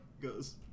goes